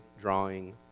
drawing